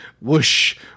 whoosh